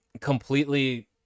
completely